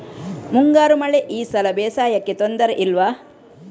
ಮುಂಗಾರು ಮಳೆ ಈ ಸಲ ಬೇಸಾಯಕ್ಕೆ ತೊಂದರೆ ಇಲ್ವ?